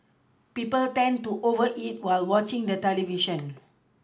people tend to over eat while watching the television